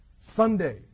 Sunday